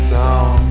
down